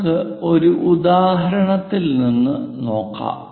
നമുക്ക് ഒരു ഉദാഹരണത്തിൽ നിന്ന് ആരംഭിക്കാം